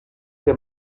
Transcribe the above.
que